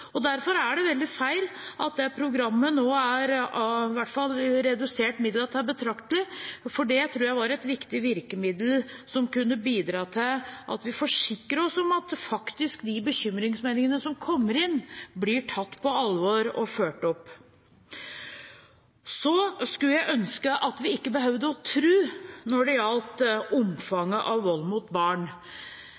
og derfor synes jeg det blir veldig feil at midlene til det programmet har blitt redusert betraktelig, for det var et viktig virkemiddel, som kunne bidra til at vi forsikret oss om at de bekymringsmeldingene som kommer inn, faktisk blir tatt på alvor og fulgt opp. Jeg skulle ønske at vi ikke behøvde å tro når det